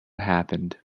happened